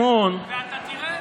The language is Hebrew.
ואתה תראה את זה.